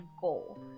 goal